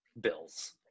Bills